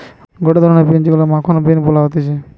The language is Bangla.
গটে ধরণের বিন যেইগুলো মাখন বিন ও বলা হতিছে